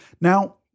Now